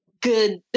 good